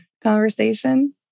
conversation